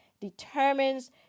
determines